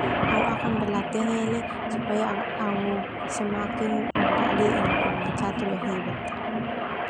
Au akan berlatih ahele supaya au semakin dadi pemain catur yang hebat.